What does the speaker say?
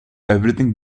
everything